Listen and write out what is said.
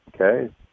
Okay